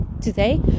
today